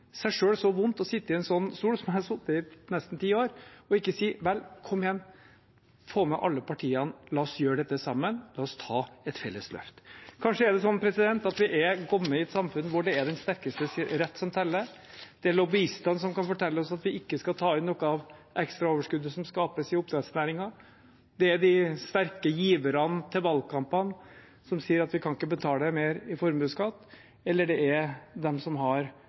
seg selv så vondt som å sitte i en sånn stol som jeg har sittet i i nesten ti år, og ikke si vel, kom igjen, få med alle partiene, la oss gjøre dette sammen, la oss ta et felles løft. Kanskje er det sånn at vi har kommet til et samfunn hvor det er den sterkestes rett som teller. Det er lobbyistene, som kan fortelle oss at vi ikke skal ta inn noe av ekstraoverskuddet som skapes i oppdrettsnæringen, det er de sterke giverne til valgkampene, som sier at de ikke kan betale mer i formuesskatt, eller det er de som har